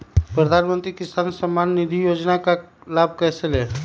प्रधानमंत्री किसान समान निधि योजना का लाभ कैसे ले?